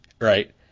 right